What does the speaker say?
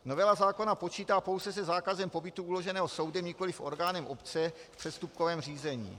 Novela zákona počítá pouze se zákazem pobytu uloženým soudem, nikoliv orgánem obce v přestupkovém řízení.